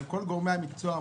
כל גורמי המקצוע אמרו,